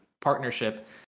partnership